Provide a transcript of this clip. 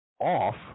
off